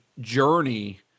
journey